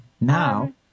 now